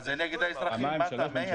אבל זה נגד האזרחים, מאיר.